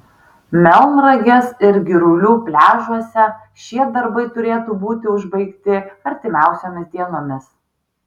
melnragės ir girulių pliažuose šie darbai turėtų būti užbaigti artimiausiomis dienomis